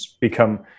become